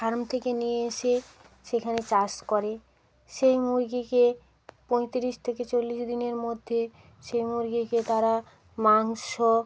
farm থেকে নিয়ে এসে সেখানে চাষ করে সেই মুরগিকে পঁয়তিরিশ থেকে চল্লিশ দিনের মধ্যে সেই মুরগিকে তারা মাংস